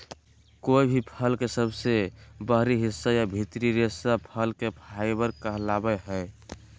कोय भी फल के सबसे बाहरी हिस्सा या भीतरी रेशा फसल के फाइबर कहलावय हय